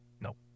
Nope